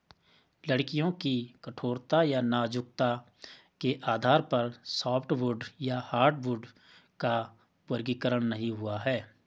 लकड़ियों की कठोरता या नाजुकता के आधार पर सॉफ्टवुड या हार्डवुड का वर्गीकरण नहीं हुआ है